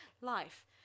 life